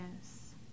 Yes